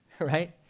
right